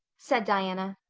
said diana.